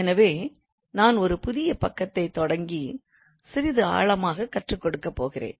எனவே நான் ஒரு புதிய பக்கத்தைத் தொடங்கி சிறிது ஆழமாக கற்றுக்கொடுக்கப் போகிறேன்